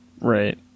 Right